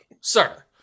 sir